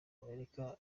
amerika